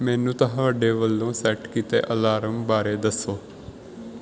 ਮੈਨੂੰ ਤੁਹਾਡੇ ਵੱਲੋਂ ਸੈੱਟ ਕੀਤੇ ਅਲਾਰਮ ਬਾਰੇ ਦੱਸੋ